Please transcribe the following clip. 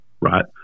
right